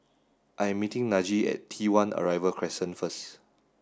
I am meeting Najee at T One Arrival Crescent first